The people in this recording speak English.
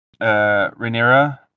Rhaenyra